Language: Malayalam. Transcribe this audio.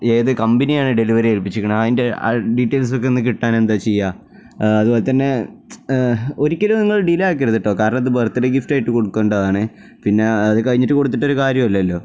ഏത് കമ്പനിയെയാണ് ഡെലിവറി ഏൽപ്പിച്ചിരിക്കുന്നത് അതിൻ്റെ ഡീറ്റെയിൽസ് ഒക്കെ ഒന്നു കിട്ടാൻ എന്താ ചെയ്യുക അതുപോലെ തന്നെ ഒരിക്കലും നിങ്ങൾ ഡിലേ ആക്കരുതു കെട്ടോ കാരണം അത് ബർത്ത്ഡേ ഗിഫ്റ്റ് ആയിട്ട് കൊടുക്കേണ്ടതാണ് പിന്നെ അത് കഴിഞ്ഞിട്ടു കൊടുത്തിട്ടൊരു കാര്യവുമില്ലല്ലോ